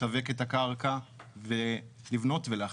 לשווק את הקרקע ולבנות ולאכלס.